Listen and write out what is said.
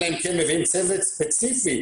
אלא אם כן מביאים צוות ספציפי,